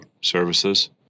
services